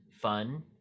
fun